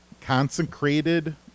consecrated